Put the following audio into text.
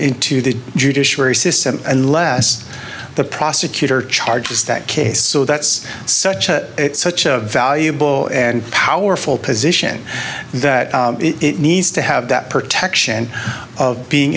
into the judiciary system unless the prosecutor charges that case so that's such a such a valuable and powerful position that it needs to have that protection of being